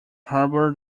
harbour